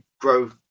grow